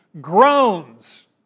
groans